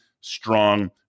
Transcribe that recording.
strong